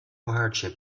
hardship